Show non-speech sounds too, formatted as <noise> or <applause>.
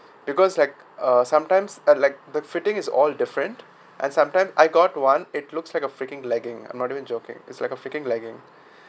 because like uh sometimes and like the fitting is all different and sometime I got one it looks like a freaking legging I'm not even joking is like a freaking legging <breath>